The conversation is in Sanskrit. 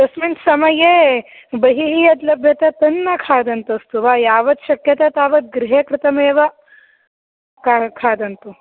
तस्मिन् समये बहिः यद्लभ्यते तन्न खादन्तु अस्तु वा यावत् शक्यते तावत् गृहे कृतमेव खा खादन्तु